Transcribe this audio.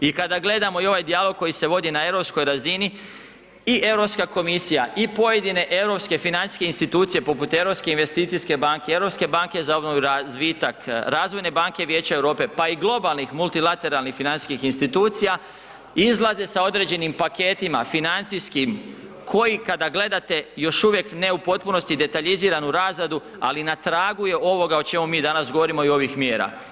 I kada gledamo i ovaj dijalog koji se vodi na europskoj razini i Europska komisija i pojedine europske financijske institucije poput Europske investicijske banke, Europske banke za obnovu i razvitak, Razvojne banke Vijeća Europe, pa i globalnih multilateralnih financijskih institucija izlaze sa određenim paketima financijskim koji kada gledate još uvijek ne u potpunosti detaljiziranu razradu, ali na tragu je ovoga o čemu mi danas govorimo i ovih mjera.